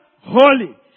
holy